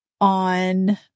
on